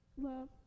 Love